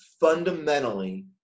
fundamentally